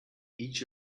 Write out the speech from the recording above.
each